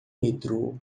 metrô